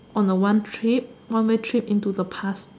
on a one trip one way trip into the past